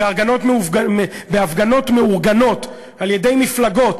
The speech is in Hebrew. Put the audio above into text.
בהפגנות המאורגנות על-ידי מפלגות